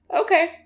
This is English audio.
Okay